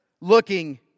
looking